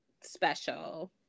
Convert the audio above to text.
special